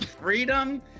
freedom